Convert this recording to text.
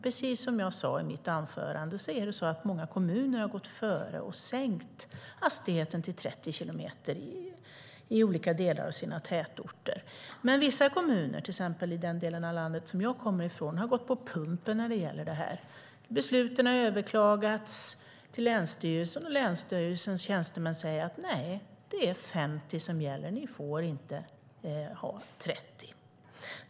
Precis som jag sade i mitt anförande har många kommuner gått före och sänkt hastigheten till 30 kilometer i timmen i olika delar av sina tätorter, men vissa kommuner, till exempel i den del av landet som jag kommer från, har gått på pumpen. Besluten har överklagats till länsstyrelsen, och länsstyrelsens tjänstemän säger: Nej, det är 50 som gäller. Ni får inte ha 30.